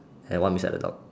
and one beside the dog